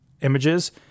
images